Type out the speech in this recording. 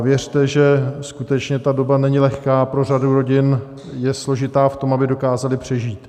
Věřte, že skutečně ta doba není lehká pro řadu rodin, je složitá v tom, aby dokázali přežít.